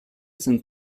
sind